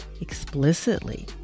explicitly